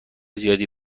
زیادی